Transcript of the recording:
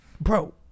bro